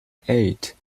eight